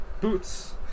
Boots